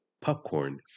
popcorn